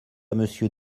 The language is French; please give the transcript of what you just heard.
monsieur